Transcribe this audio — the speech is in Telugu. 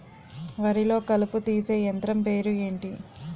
వరి లొ కలుపు తీసే యంత్రం పేరు ఎంటి?